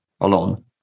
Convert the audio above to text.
alone